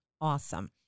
Awesome